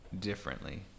differently